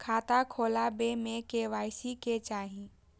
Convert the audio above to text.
खाता खोला बे में के.वाई.सी के चाहि?